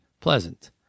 pleasant